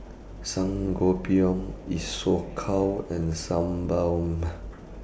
Sangobion Isocal and Sebamed